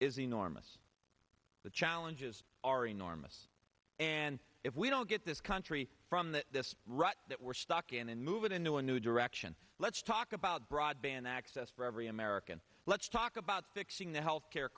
is enormous the challenges are enormous and if we don't get this country from that this rut that we're stuck in and move it into a new direction let's talk about broadband access for every american let's talk about fixing the health care